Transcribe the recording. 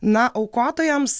na aukotojams